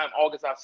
August